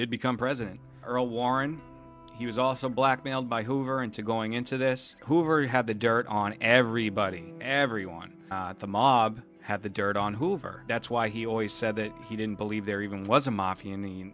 did become president earl warren he was also blackmailed by hoover into going into this hoover he had the dirt on everybody every one of the mob had the dirt on hoover that's why he always said that he didn't believe there even was a mafia in the